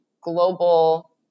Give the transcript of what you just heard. global